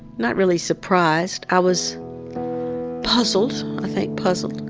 not really surprised. i was puzzled. i think puzzled.